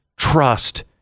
Trust